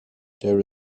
there